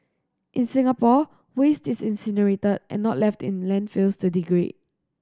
in Singapore waste is incinerated and not left in landfills to degrade